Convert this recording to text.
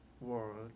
world